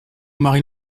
mari